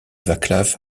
václav